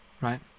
Right